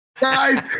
Guys